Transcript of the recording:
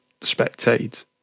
spectate